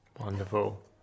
Wonderful